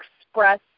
express